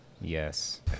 yes